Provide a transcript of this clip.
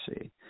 See